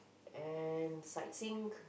and sightseeing